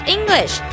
English